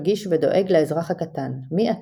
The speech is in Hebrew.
רגיש ודואג לאזרח הקטן מי אתה,